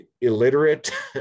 illiterate